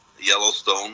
Yellowstone